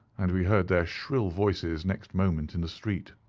and we heard their shrill voices next moment in the street.